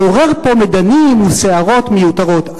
לעורר פה מדנים וסערות מיותרות.